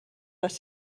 les